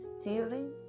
stealing